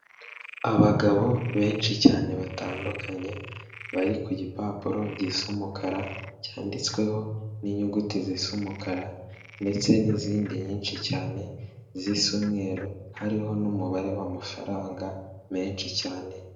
Abagabo benshi cyane batandukanye, bari ku gipapuro gisa umukara, cyanditsweho n'inyuguti zisa umukara, ndetse n'izindi nyinshi cyane zisa umweru, hariho n'umubare w'amafaranga menshi cyane.